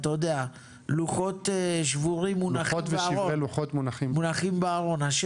לוחות שבורים מונחים בארון.